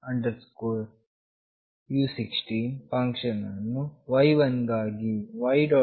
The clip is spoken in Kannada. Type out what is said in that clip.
read u16 ಫಂಕ್ಷನ್ ಅನ್ನು y1 ಗಾಗಿ y